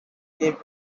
gave